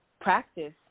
practice